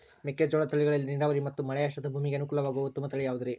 ಮೆಕ್ಕೆಜೋಳದ ತಳಿಗಳಲ್ಲಿ ನೇರಾವರಿ ಮತ್ತು ಮಳೆಯಾಶ್ರಿತ ಭೂಮಿಗೆ ಅನುಕೂಲವಾಗುವ ಉತ್ತಮ ತಳಿ ಯಾವುದುರಿ?